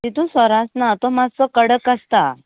तितून सोरो आसना तो मात्सो कडक आसता